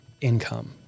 income